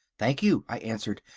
thank you, i answered.